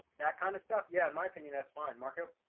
that kind of stuff. yeah, my opinion, that's fine marco,